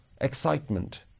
excitement